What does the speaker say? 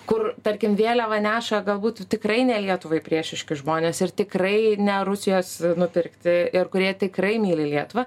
kur tarkim vėliavą neša galbūt tikrai ne lietuvai priešiški žmonės ir tikrai ne rusijos nupirkti ir kurie tikrai myli lietuvą